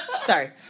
Sorry